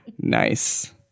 nice